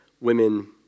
women